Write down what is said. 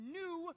new